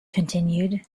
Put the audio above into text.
continued